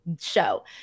show